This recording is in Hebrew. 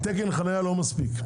תקן חנייה לא מספיק.